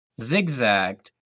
zigzagged